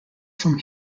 from